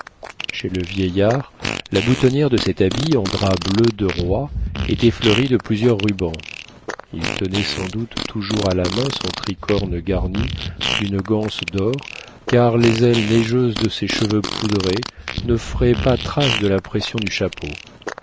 chez le vieillard la boutonnière de cet habit en drap bleu de roi était fleurie de plusieurs rubans il tenait sans doute toujours à la main son tricorne garni d'une ganse d'or car les ailes neigeuses de ses cheveux poudrés n'offraient pas trace de la pression du chapeau